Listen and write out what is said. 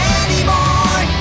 anymore